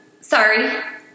Sorry